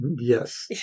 Yes